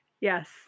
Yes